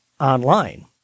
online